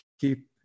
keep